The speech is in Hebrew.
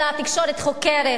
תקשורת חוקרת,